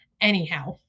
Anyhow